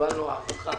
קיבלנו הארכה